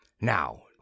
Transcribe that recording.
Now